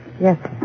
Yes